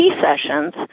sessions